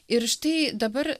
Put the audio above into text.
ir štai dabar